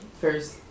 first